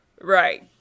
Right